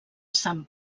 sant